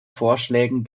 vorschlägen